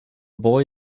boy